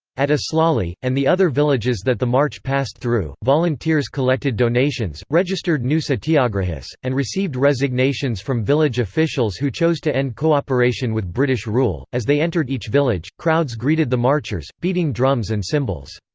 at aslali, and the other villages that the march passed through, volunteers collected donations, registered new satyagrahis, and received resignations from village officials who chose to end co-operation with british rule as they entered each village, crowds greeted the marchers, beating drums and cymbals.